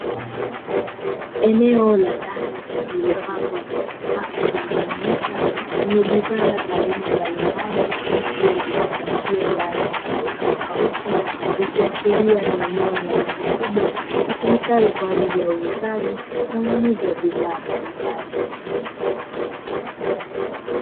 Eneo la ndani lililopangwa katika safu zilizonyooka, lenye bidhaa za aina mbalimbali kama vile vifungashio vya aina tofauti tofauti, ikiashilia ni eneo la duka kubwa litumikalo kwaajili ya uuzaji na ununuzi wa bidhaa mbalimbali.